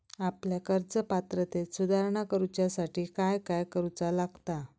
आपल्या कर्ज पात्रतेत सुधारणा करुच्यासाठी काय काय करूचा लागता?